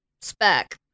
spec